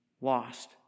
lost